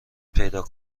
پیدا